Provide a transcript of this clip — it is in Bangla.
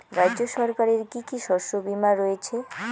রাজ্য সরকারের কি কি শস্য বিমা রয়েছে?